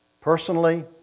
personally